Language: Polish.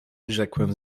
rzekłem